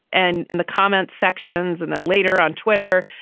and in the comments sections and then later on twitter,